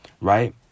right